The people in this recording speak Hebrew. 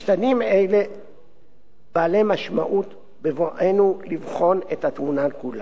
משתנים אלה הם בעלי משמעות בבואנו לבחון את התמונה כולה.